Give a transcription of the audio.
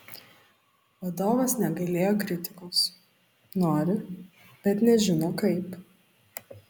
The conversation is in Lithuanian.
vadovas negailėjo kritikos nori bet nežino kaip